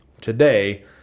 today